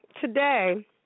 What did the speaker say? today